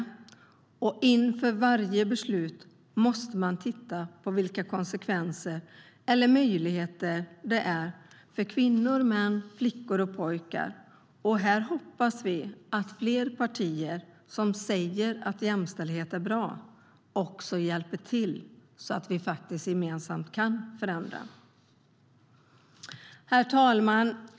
Inför varje beslut måste man titta på vilka konsekvenser eller möjligheter det ger för kvinnor och män, flickor och pojkar. Vi hoppas att fler partier som säger att jämställdhet är bra också hjälper till så att vi gemensamt kan förändra. Herr talman!